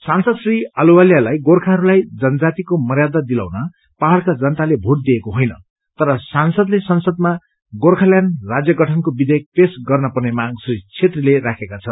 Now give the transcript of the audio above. सांसद श्री अहलुवालियालाई गोर्खाहस्लाई जनजातिको मर्यादा दिलाउन पहाड़का जनताले भोट दिएको होइन तर सांसदले संसदमा गोर्खाल्याण्ड राज्य गठनको विषेयक पेश गर्न पर्ने माग श्री छेत्रीले राखेका छन्